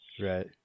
Right